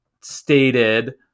stated